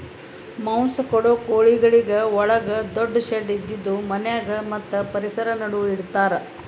ಮಾಂಸ ಕೊಡೋ ಕೋಳಿಗೊಳಿಗ್ ಒಳಗ ದೊಡ್ಡು ಶೆಡ್ ಇದ್ದಿದು ಮನ್ಯಾಗ ಮತ್ತ್ ಪರಿಸರ ನಡು ಇಡತಾರ್